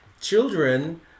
children